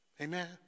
Amen